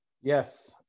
Yes